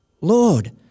Lord